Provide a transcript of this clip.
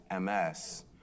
MS